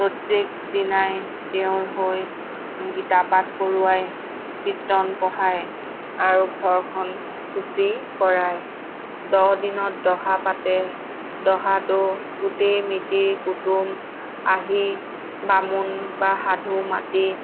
প্ৰত্যেক দিনাই তেওঁৰ হৈ গীতা পাঠ কৰোৱাই কীৰ্ত্তন পঢ়াই আৰু ঘৰখন শুচি কৰাই দহ দিনত দহা পাতে দহাতো গোটেই মিতিৰ কুটুম আহি বামুণ বা সাধু মাতি